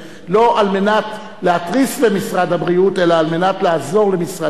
לא על מנת להתריס כלפי משרד הבריאות אלא על מנת לעזור למשרד הבריאות.